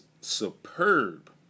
superb